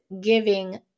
giving